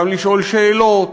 גם לשאול שאלות,